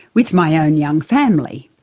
with my own young family.